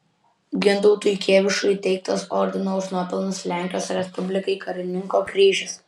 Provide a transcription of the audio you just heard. gintautui kėvišui įteiktas ordino už nuopelnus lenkijos respublikai karininko kryžius